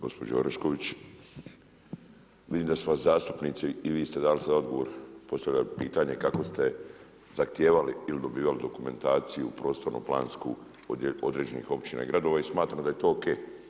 Gospođo Orešković, vidim da su vas zastupnici i vi ste dali svoj odgovor, postavljali pitanja i kako ste zahtijevali ili dobivali dokumentaciju prostorno-plansku od određenih općina i gradova i smatram da je to ok.